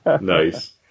Nice